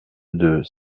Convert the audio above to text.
deux